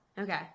Okay